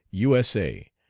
u s a,